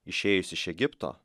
išėjus iš egipto